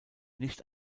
nicht